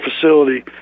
facility